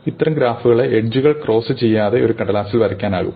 ഇത്തരം ഗ്രാഫുകളെ എഡ്ജുകൾ ക്രോസ്സ് ചെയ്യാതെ ഒരു കടലാസിൽ വരയ്ക്കാനാകും